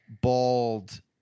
bald